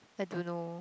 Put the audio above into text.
I don't know